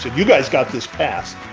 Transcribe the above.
you guys got this passed.